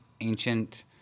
ancient